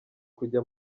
kujya